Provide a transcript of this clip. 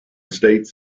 states